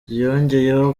yongeyeho